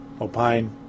opine